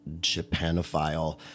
Japanophile